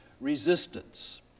resistance